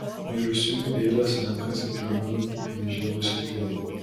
mirusiųjų vėlės renkasi plėnūnių prižėlusioj pievoj